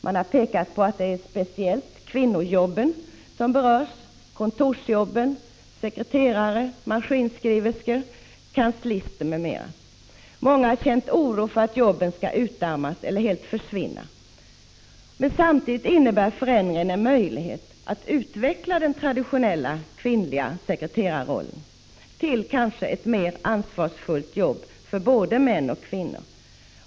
Man har pekat på att det är speciellt kvinnojobben som berörs — kontorsjobb som utförs av sekreterare, maskinskriverskor, kanslisterm.m. Många har känt oro för att jobben skall utarmas eller helt försvinna. Men samtidigt innebär förändringen en möjlighet att utveckla den traditionella kvinnliga sekreterarrollen till ett kanske mer ansvarsfyllt jobb för både män och kvinnor.